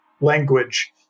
language